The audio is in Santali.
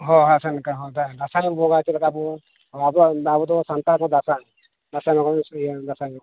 ᱦᱳᱭ ᱦᱳᱭ ᱟᱥᱮᱱ ᱞᱮᱠᱟ ᱫᱟᱸᱥᱟᱭ ᱵᱚᱸᱜᱟ ᱪᱮᱫ ᱞᱮᱠᱟ ᱵᱚᱱ ᱟᱵᱚ ᱟᱵᱚ ᱫᱚ ᱥᱟᱱᱛᱟᱲ ᱫᱚ ᱫᱟᱸᱥᱟᱭ ᱫᱟᱸᱥᱟᱭ ᱵᱚᱸᱜᱟ ᱵᱚᱱ ᱤᱭᱟᱹᱭᱟ ᱫᱟᱸᱥᱟᱭ